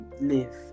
live